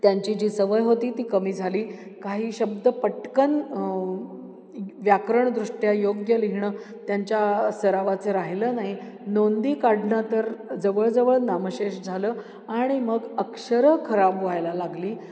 त्यांची जी सवय होती ती कमी झाली काही शब्द पटकन व्याकरणदृष्ट्या योग्य लिहिणं त्यांच्या सरावाचं राहिलं नाही नोंदी काढणं तर जवळजवळ नामशेष झालं आणि मग अक्षरं खराब व्हायला लागली